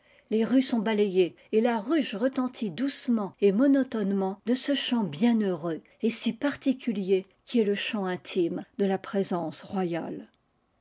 les rues sont balayées et la ruche retentit doucement et monotonement de ce chant bienheureux et si particulier qui est le chant intime de la présence royale